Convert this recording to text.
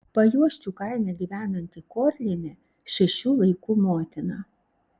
pajuosčių kaime gyvenanti korlienė šešių vaikų motina